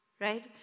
Right